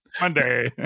Monday